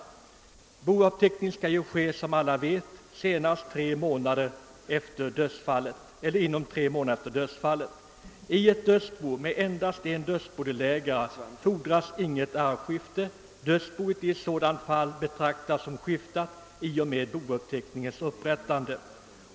Bouppteckning skall som alla vet göras inom tre månader efter dödsfallet. I ett dödsbo med endast en dödsbodelägare fordras inget arvskifte; dödsboet är då att betrakta som skiftat i och med bouppteckningens upprättande.